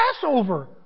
Passover